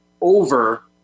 Over